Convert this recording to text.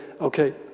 okay